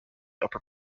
upper